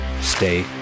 stay